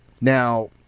Now